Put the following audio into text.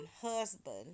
husband